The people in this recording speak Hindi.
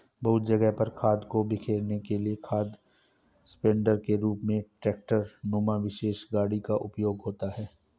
बहुत जगह पर खाद को बिखेरने के लिए खाद स्प्रेडर के रूप में ट्रेक्टर नुमा विशेष गाड़ी का उपयोग होता है